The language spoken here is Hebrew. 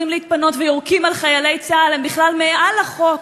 להתפנות ויורקים על חיילי צה"ל הם בכלל מעל החוק,